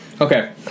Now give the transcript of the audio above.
Okay